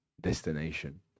destination